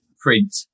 print